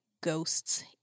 ghosts